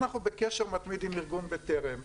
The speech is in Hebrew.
אנחנו בקשר מתמיד עם ארגון "בטרם",